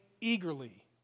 eagerly